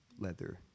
leather